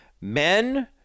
Men